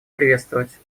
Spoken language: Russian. приветствовать